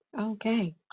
Okay